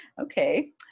Okay